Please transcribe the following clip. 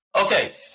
okay